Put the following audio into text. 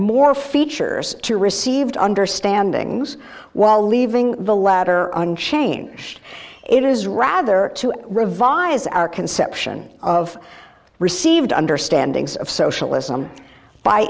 more features to received understanding while leaving the latter unchanged it is rather to revise our conception of received understandings of socialism by